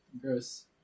Gross